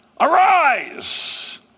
arise